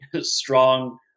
strong